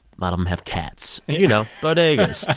lot of them have cats. you know, bodegas.